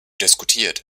diskutiert